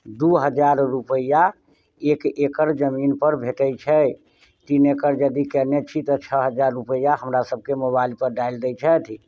दू हजार रुपैआ एक एकड़ जमीनपर भेटैत छै तीन एकड़ अगर कयने छी तऽ छओ हजार रुपैआ हमरासभके मोबाइलपर डालि दैत छथि